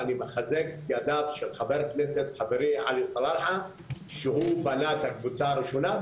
ואני מחזק את ידיו של חבר הכנסת עלי סלאלחה שבנה את הקבוצה הראשונה,